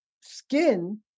skin